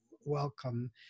welcome